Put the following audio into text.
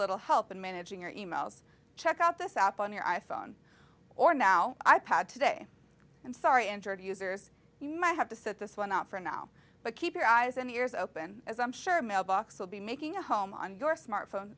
little help in managing your emails check out this app on your i phone or now i pad today and sorry entered users you might have to sit this one out for now but keep your eyes and ears open as i'm sure mailbox will be making a home on your smartphone